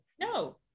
No